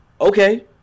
okay